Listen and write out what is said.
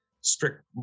strict